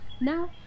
Now